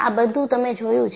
આ બધું તમે જોયું છે